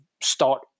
start